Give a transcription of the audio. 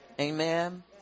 Amen